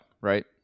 right